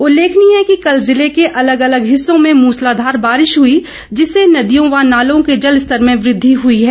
उल्लेखनीय है कि कल जिले के अलग अलग हिस्सों में मुस्लाधार बारिश हुई जिससे नदियों व नालों के जल स्तर में वृद्धि हुई है